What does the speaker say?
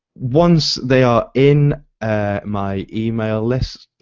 once they are in my email list,